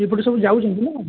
ସେଇପଟେ ସବୁ ଯାଉଛନ୍ତି ନା